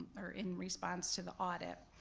or in response to the audit,